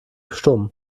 stumm